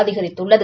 அதிகரித்துள்ளது